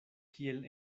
kiel